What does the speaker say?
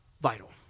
vital